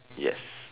yes